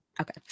okay